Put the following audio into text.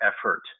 effort